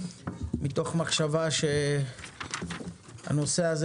מתוך מחשבה שהנושא הזה,